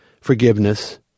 forgiveness